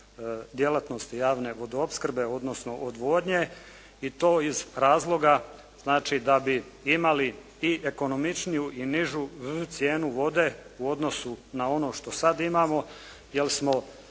djelatnosti javne vodoopskrbe odnosno odvodnje i to iz razloga da bi imali i ekonomičniju i nižu cijenu vode u odnosu na ono što sada imamo jer smo